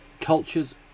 Cultures